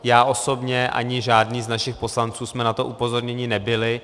Já osobně ani žádný z našich poslanců jsme na to upozorněni nebyli.